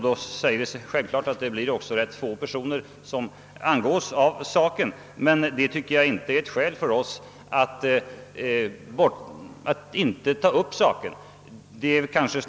Det är självfallet rätt få personer som berörs av förhållandet, men jag tycker inte att detta är ett skäl för oss att inte ta upp frågan.